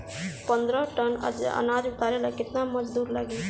पन्द्रह टन अनाज उतारे ला केतना मजदूर लागी?